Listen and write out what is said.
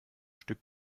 stück